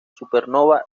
supernova